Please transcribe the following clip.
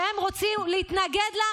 שהם רוצים להתנגד לה,